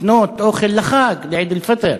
לקנות אוכל לחג, לעיד אל-פיטר.